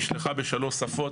נשלחה בשלוש שפות,